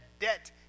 debt